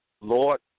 Lord